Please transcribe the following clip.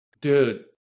Dude